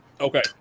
Okay